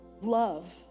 love